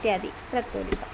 इत्याद्यः प्रत्योलिका